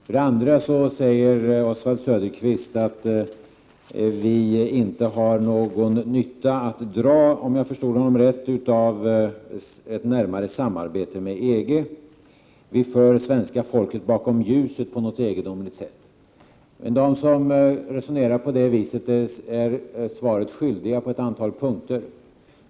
För det andra säger Oswald Söderqvist att Sverige — om jag förstod honom rätt — inte har någon nytta att dra av ett närmare samarbete med EG. Vi för på något egendomligt sätt svenska folket bakom ljuset, menar han. Men de som resonerar på det viset är svaret skyldiga på ett antal punkter.